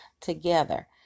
together